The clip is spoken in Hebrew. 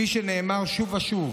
כפי שנאמר שוב ושוב,